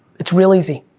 it's real easy,